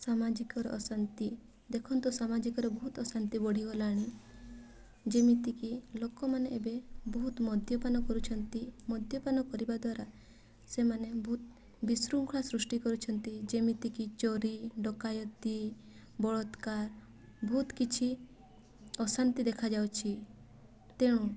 ସାମାଜିକର ଅଶାନ୍ତି ଦେଖନ୍ତୁ ସାମାଜିକର ବହୁତ ଅଶାନ୍ତି ବଢ଼ି ଗଲାଣି ଯେମିତିକି ଲୋକମାନେ ଏବେ ବହୁତ ମଦ୍ୟପାନ କରୁଛନ୍ତି ମଦ୍ୟପାନ କରିବା ଦ୍ୱାରା ସେମାନେ ବହୁତ ବିଶୃଙ୍ଖଳା ସୃଷ୍ଟି କରୁଛନ୍ତି ଯେମିତିକି ଚୋରି ଡକାୟତି ବଳତ୍କାର ବହୁତ କିଛି ଅଶାନ୍ତି ଦେଖାଯାଉଛି ତେଣୁ